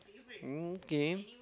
okay